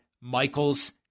Michaels